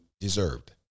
deserved